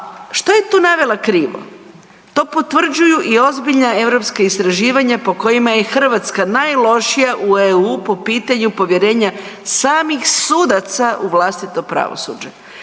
što je tu navela krivo? To potvrđuju i ozbiljna europska istraživanja po kojima je Hrvatska najlošija u EU po pitanju povjerenja samih sudaca u vlastito pravosuđe.